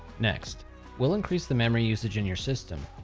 next we'll increase the memory usage in your system.